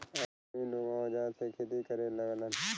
आदमी लोग औजार से खेती करे लगलन